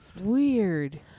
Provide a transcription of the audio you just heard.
Weird